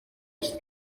است